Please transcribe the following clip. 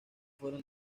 fueron